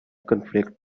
conflict